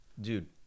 dude